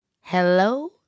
Hello